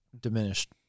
diminished